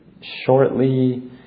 Shortly